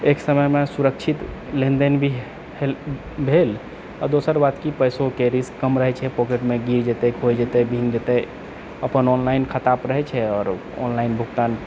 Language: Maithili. एक समयमे सुरक्षित लेनदेन भी भेल आ दोसर बात की पैसोके रिस्क कम रहै छै पॉकेटमे गिर जेतै खोय जेतै भींग जेतै अपन ऑनलाइन खाता पऽ रहै छै आओर ऑनलाइन भुगतान